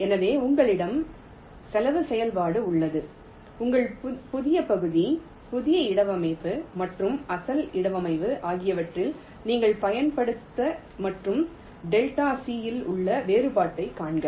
எனவே உங்களிடம் செலவு செயல்பாடு உள்ளது உங்கள் புதிய பகுதி புதிய இடவமைவு மற்றும் அசல் இடவமைவு ஆகியவற்றிற்கு நீங்கள் பயன்படுத்த மற்றும் ΔC இல் உள்ள வேறுபாட்டைக் காண்க